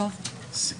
אי אפשר שלא לחוש את